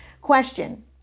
Question